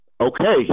okay